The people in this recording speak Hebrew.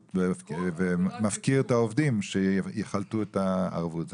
ומפקיר את העובדים - שיחלטו את הערבות.